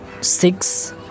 six